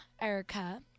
Erica